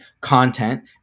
content